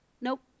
Nope